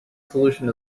solution